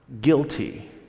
guilty